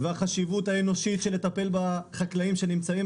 והחשיבות האנושית של לטפל בחקלאים שנמצאים